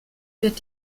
wird